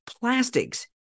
plastics